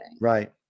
Right